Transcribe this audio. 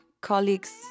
colleagues